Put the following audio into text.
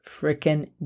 Freaking